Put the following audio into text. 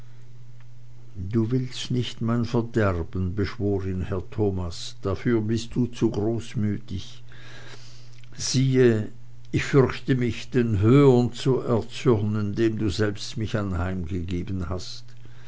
du willst nicht mein verderben beschwor ihn herr thomas dafür bist du zu großmütig siehe ich fürchte mich den höhern zu erzürnen dem du selbst mich anheimgegeben hast